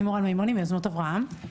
אני מורן מימוני מיוזמות אברהם,